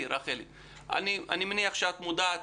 אני מניח שאת מודעת